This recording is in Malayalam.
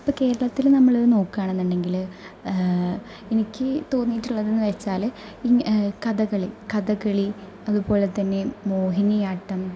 ഇപ്പോൾ കേരളത്തില് നമ്മള് നോക്കുവാണെന്നുണ്ടെങ്കില് എനിക്ക് തോന്നിയിട്ടുള്ളതെന്നു വെച്ചാല് കഥകളി കഥകളി അതുപോലെ തന്നെ മോഹിനിയാട്ടം